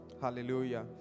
Hallelujah